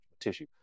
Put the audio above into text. tissue